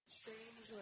strange